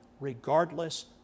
regardless